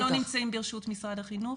חלקם לא נמצאים ברשות משרד החינוך.